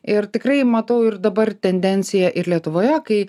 ir tikrai matau ir dabar tendencija ir lietuvoje kai